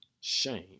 shame